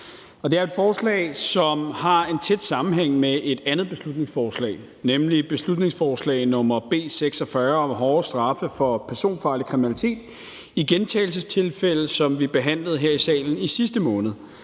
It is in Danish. Det er et forslag, som har en tæt sammenhæng med et andet beslutningsforslag, nemlig beslutningsforslag nr. B 46 om hårdere straffe for personfarlig kriminalitet i gentagelsestilfælde, som vi behandlede her i salen i sidste måned.